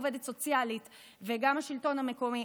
גם עובדת סוציאלית וגם השלטון המקומי,